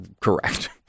correct